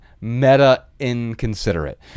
meta-inconsiderate